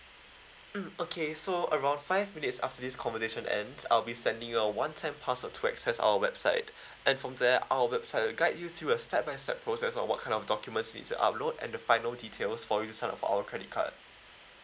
mm okay so around five minutes after this conversation and I'll be sending you a one time pass to access our website and from there our website will guide you through a step by step process on what kind of documents it's a upload and the final details for you to sign up for our credit card